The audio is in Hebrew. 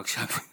בבקשה, גברתי.